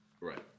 Right